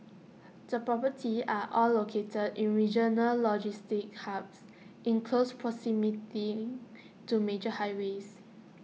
the properties are all located in regional logistics hubs in close proximity to major highways